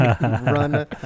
Run